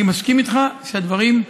אני מסכים איתך שהדברים,